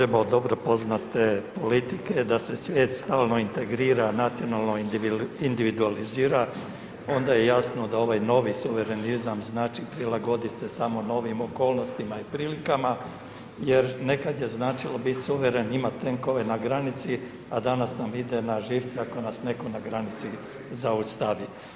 Ako pođemo od dobro poznate politike da se svijet stalno integrira, nacionalno individualizira onda je jasno da ovaj novi suverenizam znači prilagodit se samo novim okolnostima i prilikama jer nekad je značilo bit suveren i imat tenkove na granici, a danas nam ide na živce ako nas neko na granici zaustavi.